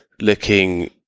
looking